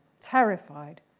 terrified